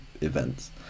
events